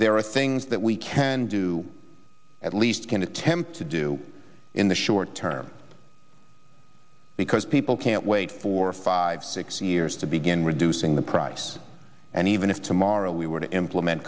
there are things that we can do at least can attempt to do in the short term because people can't wait for five six years to begin reducing the price and even if tomorrow we were to implement